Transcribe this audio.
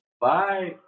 Bye